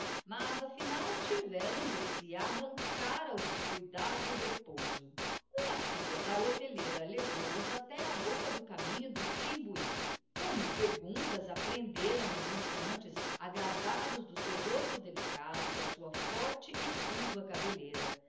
mas afinal tiveram de se arrancar ao descuidado repouso uma filha da hoteleira levou-os até á bocca do caminho do timbuhy com mil perguntas a prenderam uns instantes agradados do seu rosto delicado da sua forte e fulva cabelleira